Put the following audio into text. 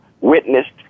witnessed